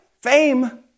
Fame